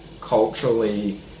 culturally